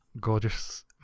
gorgeous